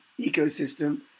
ecosystem